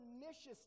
pernicious